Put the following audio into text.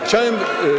Chciałem.